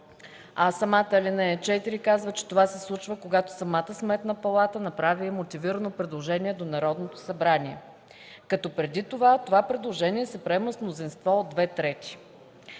Самата ал. 4 казва, че това се случва, когато самата Сметна палата направи мотивирано предложение до Народното събрание, като преди това предложението се приеме с мнозинство от две трети.